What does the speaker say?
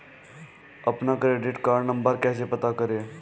अपना credit card number कैसे पता करें?